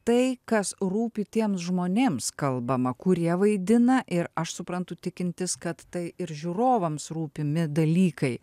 tai kas rūpi tiems žmonėms kalbama kurie vaidina ir aš suprantu tikintis kad tai ir žiūrovams rūpimi dalykai